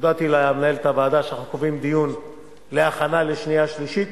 הודעתי למנהלת הוועדה שאנחנו קובעים דיון להכנה לשנייה שלישית,